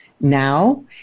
Now